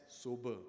sober